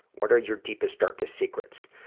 what are your deepest, darkest secrets?